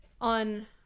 on